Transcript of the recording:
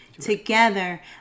together